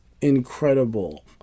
incredible